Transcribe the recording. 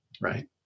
right